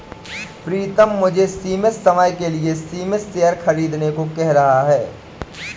प्रितम मुझे सीमित समय के लिए सीमित शेयर खरीदने को कह रहा हैं